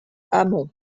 amont